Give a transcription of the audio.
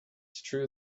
true